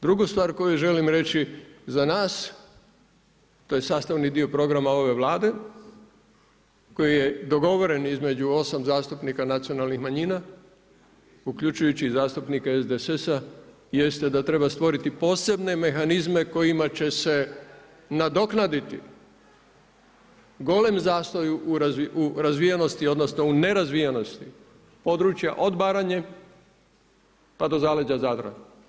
Drugu stvar koju želim reći za nas to je sastavni dio programa ove Vlade koji je dogovoren između 8 zastupnika nacionalnih manjina uključujući i zastupnike SDSS-a jeste da treba stvoriti posebne mehanizme kojima će se nadoknaditi golem zastoj u razvijenosti odnosno u nerazvijenosti područja od Baranje pa do zaleđa Zadra.